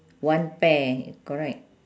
one pair correct